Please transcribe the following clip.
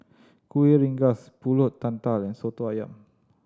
Kueh Rengas Pulut Tatal and Soto Ayam